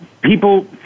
people